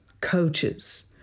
coaches